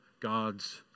God's